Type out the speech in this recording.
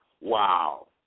Wow